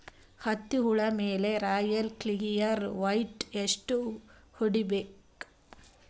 ಹತ್ತಿ ಹುಳ ಮೇಲೆ ರಾಯಲ್ ಕ್ಲಿಯರ್ ಮೈಟ್ ಎಷ್ಟ ಹೊಡಿಬೇಕು?